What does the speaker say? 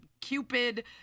Cupid